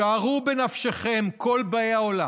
שערו בנפשכם, כל באי העולם,